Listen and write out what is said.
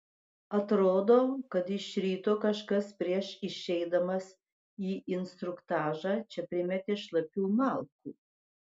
atrodo kad iš ryto kažkas prieš išeidamas į instruktažą čia primetė šlapių malkų